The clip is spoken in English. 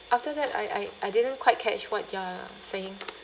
after that I I I didn't quite catch what you're saying